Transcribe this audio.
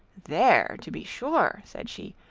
there, to be sure said she,